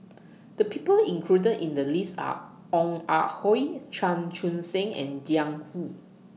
The People included in The list Are Ong Ah Hoi Chan Chun Sing and Jiang Hu